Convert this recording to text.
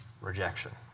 rejection